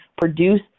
produce